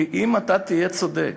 כי אם תהיה צודק,